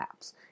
apps